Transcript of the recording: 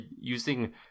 using